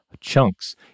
chunks